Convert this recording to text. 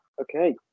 Okay